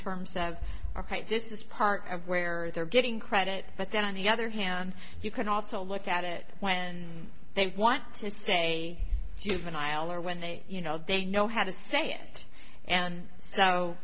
terms of this is part of where they're getting credit but then on the other hand you can also look at it when they want to say juvenile or when they you know they know how to say it and